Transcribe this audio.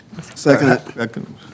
Second